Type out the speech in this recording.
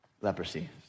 leprosy